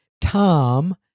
Tom